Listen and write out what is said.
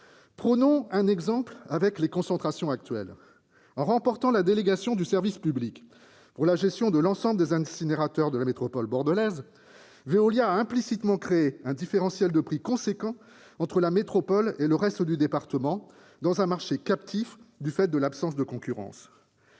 Prenons un exemple en tenant compte des concentrations actuelles. En remportant la délégation du service public pour la gestion de l'ensemble des incinérateurs de la métropole bordelaise, Veolia a implicitement créé un différentiel de prix important entre la métropole et le reste du département, dans un marché captif en raison de l'absence de concurrence.